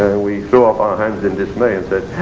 we threw up our hands in dismay and thought